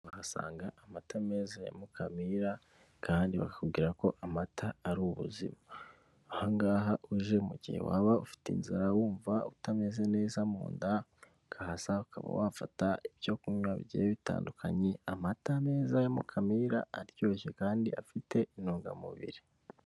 Uhasanga amata meza ya mukamira kandi bakubwira ko amata ari ubuzima ahangaha uje mu gihe waba ufite inzara wumva utameze neza mu inda ukaza ukaba wafata ibyo kunywa bigiye bitandukanye, amata meza ya mukamira aryoshye kandi afite intungamubiri.